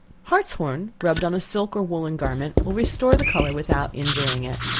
hartshorn rubbed on a silk or woollen garment will restore the color without injuring it.